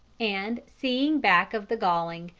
and, seeing back of the galling,